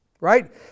right